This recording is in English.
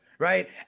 Right